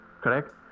correct